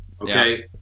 Okay